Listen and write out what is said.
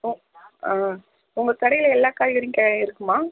உங்கள் கடையில் எல்லா காய்கறியும் இருக்குமா